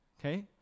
Okay